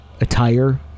attire